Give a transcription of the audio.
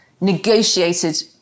negotiated